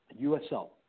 USL